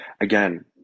again